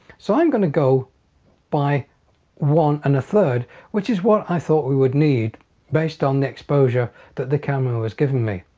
so i'm going to go by one and a third which is what i thought we would need based on the exposure that the camera was given me.